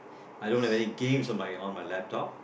I don't have any games on my on my laptop